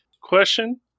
Question